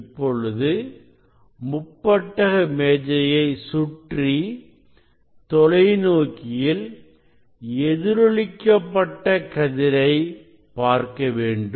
இப்பொழுது முப்பட்டக மேஜையை சுற்றி தொலைநோக்கியில் எதிரொலிக்க பட்ட கதிரை பார்க்க வேண்டும்